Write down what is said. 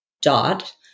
dot